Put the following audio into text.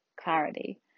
clarity